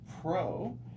pro